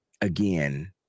again